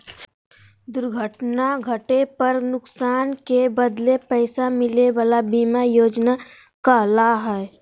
दुर्घटना घटे पर नुकसान के बदले पैसा मिले वला बीमा योजना कहला हइ